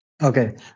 Okay